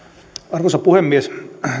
arvoisa puhemies